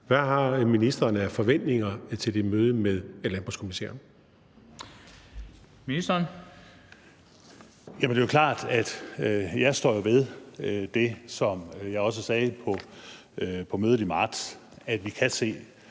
Hvad har ministeren af forventninger til det møde med landbrugskommissæren?